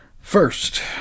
First